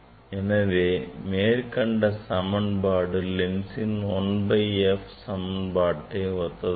எனவே மேற்கண்ட சமன்பாடு லென்ஸின் 1 by f சமன்பாட்டை ஒத்ததாகும்